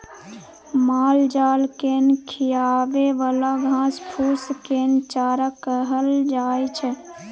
मालजाल केँ खिआबे बला घास फुस केँ चारा कहल जाइ छै